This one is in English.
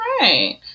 right